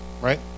right